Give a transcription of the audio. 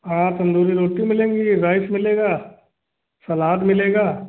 हाँ तंदूरी रोटी मिलेंगी राइस मिलेगा सलाद मिलेगा